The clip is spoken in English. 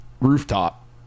rooftop